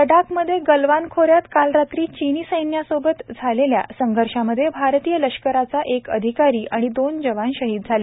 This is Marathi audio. लड्डाखमध्ये गलवान खोऱ्यात काल रात्री चिनी सैन्याबरोबर झालेल्या संघर्षामध्ये भारतीय लष्कराचा एक अधिकारी आणि दोन जवान शहीद झाले